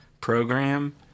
program